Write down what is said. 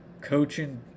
coaching